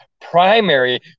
primary